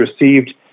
received